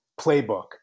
playbook